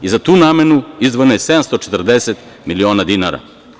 Za tu namenu izdvojeno 740 miliona dinara.